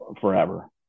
forever